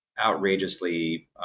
Outrageously